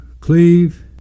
cleave